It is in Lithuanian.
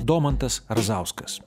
domantas razauskas